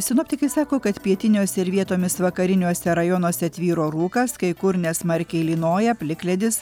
sinoptikai sako kad pietiniuose ir vietomis vakariniuose rajonuose tvyro rūkas kai kur nesmarkiai lynoja plikledis